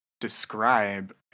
describe